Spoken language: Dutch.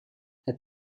het